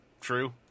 true